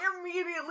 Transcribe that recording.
immediately